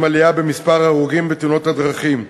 עלייה במספר ההרוגים בתאונות הדרכים.